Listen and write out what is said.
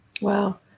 Wow